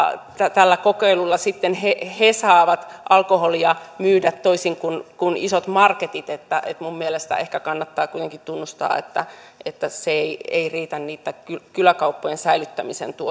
tällä kokeilulla sitten he he saavat alkoholia myydä toisin kuin isot marketit minun mielestäni ehkä kannattaa kuitenkin tunnustaa että että se ei ei riitä niitten kyläkauppojen säilyttämisen